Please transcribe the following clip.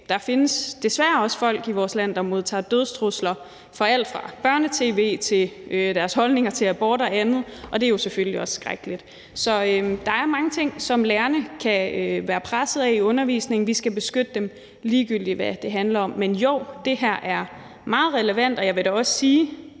der findes desværre også folk i vores land, der modtager dødstrusler for alt fra børne-tv til deres holdninger til abort og andet, og det er jo selvfølgelig også skrækkeligt. Så der er mange ting, som lærerne kan være pressede af i undervisningen. Vi skal beskytte dem, ligegyldig hvad det handler om. Men jo, det her er meget relevant, og jeg vil da også sige,